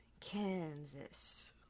Kansas